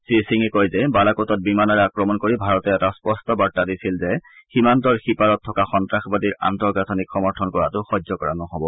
শ্ৰী সিঙে কয় যে বালাকোটত বিমানেৰে আক্ৰমণ কৰি ভাৰতে এটা স্পষ্ট বাৰ্তা দিছে যে সীমান্তৰ সিপাৰত থকা সন্নাসবাদীৰ আন্তঃগাঁথনিক সমৰ্থন কৰাটো সহ্য কৰা নহ'ব